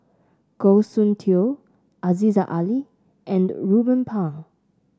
Goh Soon Tioe Aziza Ali and Ruben Pang